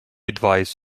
advise